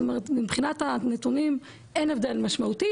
זאת אומרת מבחינת הנתונים אין הבדל משמעותי,